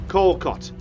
Colcott